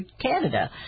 Canada